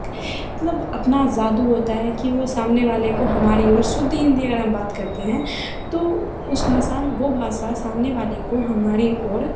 मतलब अपना जादू होता है की वो समाने वाले को हमारी ओर शुद्ध हिन्दी अगर हम बात करते हैं तो उस भाषा वह भाषा सामने वाले को हमारी ओर